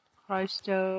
Christo